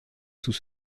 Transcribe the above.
sous